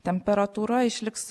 temperatūra išliks